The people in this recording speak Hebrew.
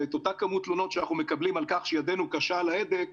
את אותה כמות תלונות שאנחנו מקבלים על כך שידנו קשה על ההדק,